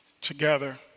together